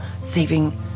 saving